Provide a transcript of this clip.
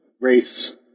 race